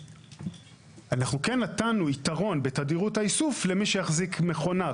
אנחנו כן נתנו יתרון בתדירות האיסוף למי שיחזיק מכונה,